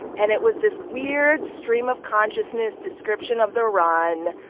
and it was this weird stream-of-consciousness description of the run.